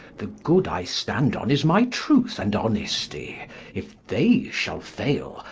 the good i stand on, is my truth and honestie if they shall faile,